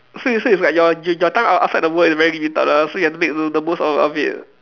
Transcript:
so it's so it's like your your your time out outside the world is very limited ah so you have to make the the most out of it